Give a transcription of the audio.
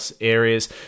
areas